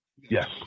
Yes